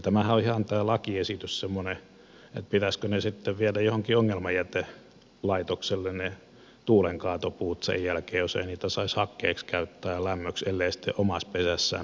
tämä lakiesityshän on ihan semmoinen että pitäisikö ne tuulenkaatopuut sitten viedä johonkin ongelmajätelaitokselle sen jälkeen jos ei niitä saisi hakkeeksi ja lämmöksi käyttää ellei sitten omassa pesässään pysty polttamaan